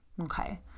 okay